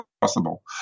possible